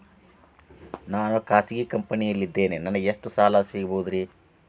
ನಾನು ಖಾಸಗಿ ಕೆಲಸದಲ್ಲಿದ್ದೇನೆ ನನಗೆ ಎಷ್ಟು ಸಾಲ ಸಿಗಬಹುದ್ರಿ?